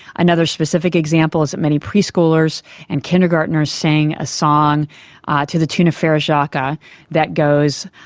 another specific example is that many pre-schoolers and kindergarteners sang a song to the tune of frere jacques ah that goes,